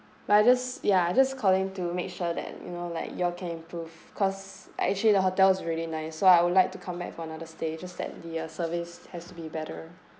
but I just ya I just calling to make sure that you know like you all can improve cause actually the hotel's really nice so I would like to come back for another stay it's just that the service has to be better